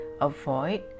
avoid